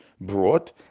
brought